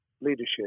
leadership